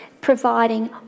providing